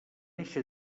eixe